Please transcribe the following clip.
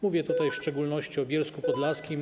Mówię tutaj w szczególności o Bielsku Podlaskim.